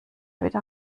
wieder